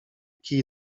kij